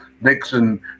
Nixon